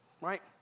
right